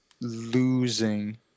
losing